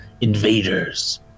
invaders